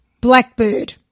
Blackbird